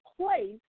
place